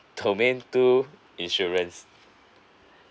domain two insurance